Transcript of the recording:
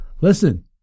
listen